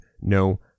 No